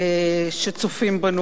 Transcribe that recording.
שצופים בנו עכשיו,